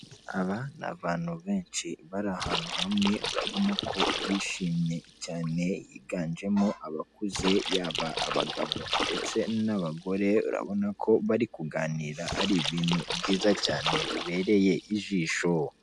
Aba ni abantu benshi bari ahantu hamwe urabona ko bishimye cyane higanjemo abakuze yaba abagabo ndetse n'abagore, urabona ko bari kuganira ari ibintu byiza cyane bibereye ijisho.